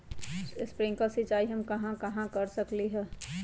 Sprinkle सिंचाई हम कहाँ कहाँ कर सकली ह?